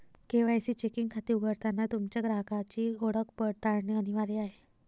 KYC checking खाते उघडताना तुमच्या ग्राहकाची ओळख पडताळणे अनिवार्य आहे